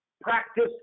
practice